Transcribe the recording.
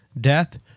death